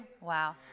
Wow